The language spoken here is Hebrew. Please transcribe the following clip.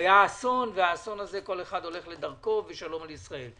היה אסון וכל אחד הולך לדרכו ושלום על ישראל.